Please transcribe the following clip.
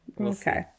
Okay